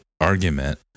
argument